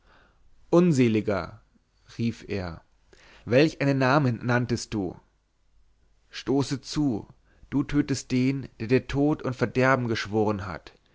unseliger rief er welch einen namen nanntest du stoße zu stöhnte der mohr stoße zu du tötest den der dir tod und verderben geschworen hat